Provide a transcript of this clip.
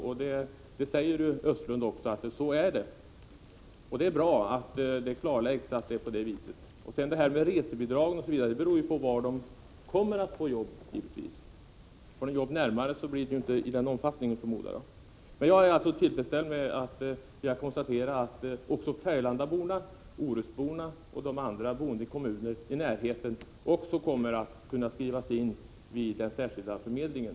Sten Östlund säger också att det är så, och det är bra att detta klarläggs. Resebidragen beror givetvis på var dessa personer kommer att få jobb. Får de jobb närmare, så utgår inte bidrag i samma omfattning som tidigare, förmodar jag. Men jag är alltså tillfredsställd med att kunna konstatera att också färgelandaborna, orustborna och de andra som bor i kommuner i närheten också kommer att kunna skrivas in vid den särskilda förmedlingen.